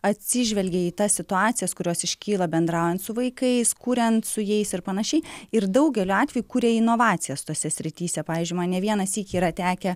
atsižvelgia į tas situacijas kurios iškyla bendraujant su vaikais kuriant su jais ir panašiai ir daugeliu atvejų kuria inovacijas tose srityse pavyzdžiui man ne vieną sykį yra tekę